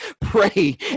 pray